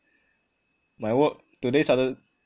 my work today satur~